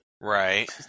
right